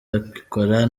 babikora